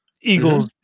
Eagles